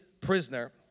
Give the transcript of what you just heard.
prisoner